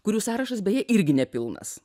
kurių sąrašas beje irgi nepilnas